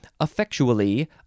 effectually